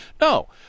no